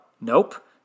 nope